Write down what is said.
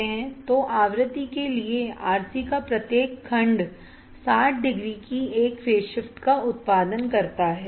तो आवृत्ति के लिए RC का प्रत्येक खंड 60 डिग्री की एक फेज शिफ्ट का उत्पादन करता है